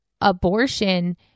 abortion